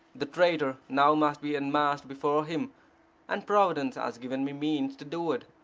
the traitor now must be unmasked before him and providence has given me means to do it.